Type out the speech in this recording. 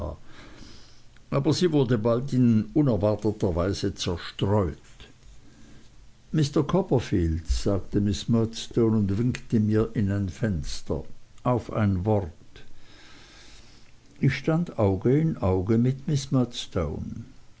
aber sie wurde bald in sehr unerwarteter weise zerstreut mr copperfield sagte miß murdstone und winkte mir in ein fenster auf ein wort ich stand auge in auge mit